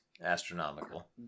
astronomical